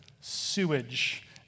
sewage